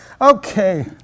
okay